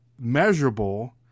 measurable